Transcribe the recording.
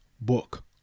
book